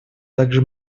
также